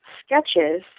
sketches